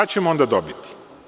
Šta ćemo onda dobiti?